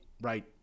right